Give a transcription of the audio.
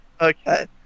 Okay